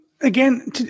again